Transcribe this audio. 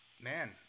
man